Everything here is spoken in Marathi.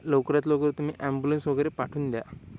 लवकरात लवकर तुम्ही ॲम्बुल्स वगैरे पाठवून द्या